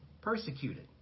persecuted